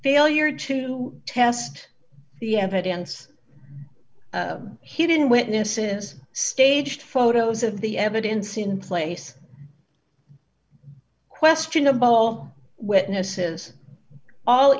failure to test the evidence he didn't witnesses staged photos of the evidence in place questionable witnesses all